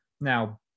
Now